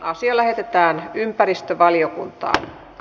asia lähetettiin ympäristövaliokuntaan